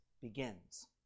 begins